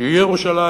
שהיא ירושלים,